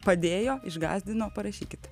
padėjo išgąsdino parašykit